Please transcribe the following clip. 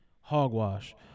hogwash